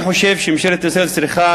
אני חושב שממשלת ישראל צריכה,